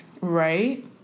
Right